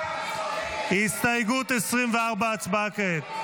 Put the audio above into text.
הסתייגות 24, הצבעה כעת.